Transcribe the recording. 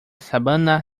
sabana